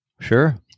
Sure